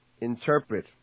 interpret